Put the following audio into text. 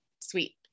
sweet